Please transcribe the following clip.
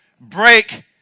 break